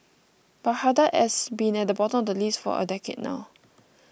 Baghdad has been at the bottom of the list for a decade now